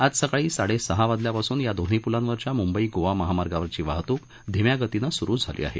आज सकाळी साडेसहा वाजल्यापासून या दोन्ही पुलांवरील मुंबई गोवा महामार्गावरील वाहतूक धीम्या गतीनं सुरू झाली आहे